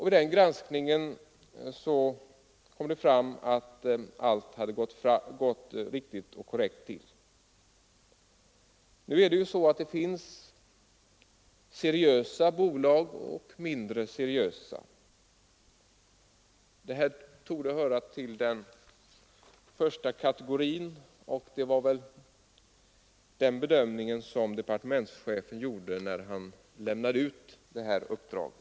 Vid den granskningen kom det fram att allt hade gått riktigt och korrekt till. Det finns seriösa bolag och mindre seriösa. Det här torde höra till den första kategorin, och det var väl den bedömningen som departementschefen gjorde när han lämnade ut uppdraget.